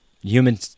human